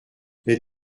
les